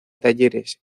talleres